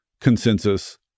consensus